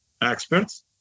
experts